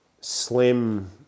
slim